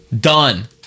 done